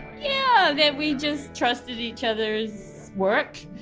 yeah! that we just trusted each other! s work,